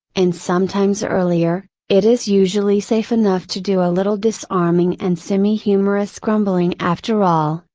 and sometimes earlier, it is usually safe enough to do ah little disarming and semi humorous grumbling after all,